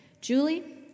Julie